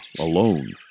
alone